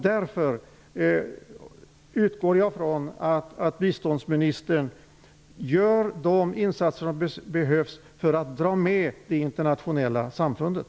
Därför utgår jag ifrån att biståndsministern gör de insatser om behövs för att dra med det internationella samfundet.